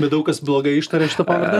bet daug kas blogai ištaria šitą pavardę